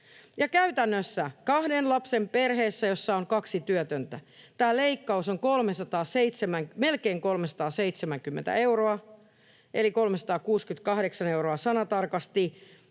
käytännössä kahden lapsen perheessä, jossa on kaksi työtöntä, tämä leikkaus on melkein 370 euroa, eli 368 euroa numerotarkasti,